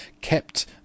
kept